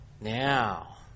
Now